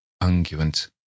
Unguent